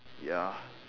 ya